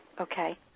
Okay